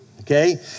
okay